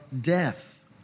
death